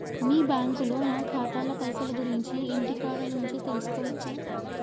మీ బ్యాంకులో నా ఖాతాల పైసల గురించి ఇంటికాడ నుంచే తెలుసుకోవచ్చా?